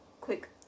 quick